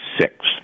six